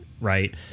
Right